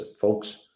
Folks